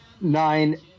nine